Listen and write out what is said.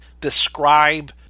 describe